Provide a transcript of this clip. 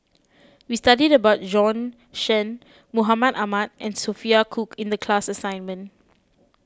we studied about Bjorn Shen Mahmud Ahmad and Sophia Cooke in the class assignment